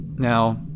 Now